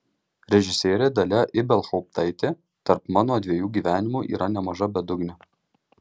režisierė dalia ibelhauptaitė tarp mano dviejų gyvenimų yra nemaža bedugnė